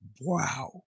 Wow